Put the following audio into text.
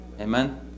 amen